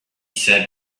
said